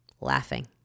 laughing